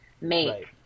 make